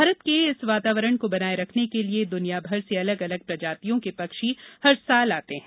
भारत के इस वातावरण को बनाये रखने के लिये दुनिया भर से अलग अलग प्रजातियों के पक्षी हर साल आते है